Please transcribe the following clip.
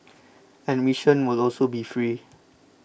admission will also be free